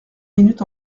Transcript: minutes